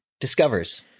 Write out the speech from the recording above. Discovers